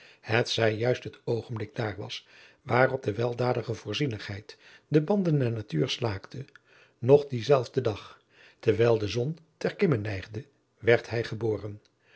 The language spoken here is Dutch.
het zij juist het oogenblik daar was waarop de weldadige voorzienigheid de banden der natuur slaakte adriaan loosjes pzn het leven van maurits lijnslager nog dienzelfden dag terwijl de zon ter kim neigde werd hij geboren